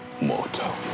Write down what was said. mortal